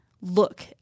look